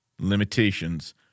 limitations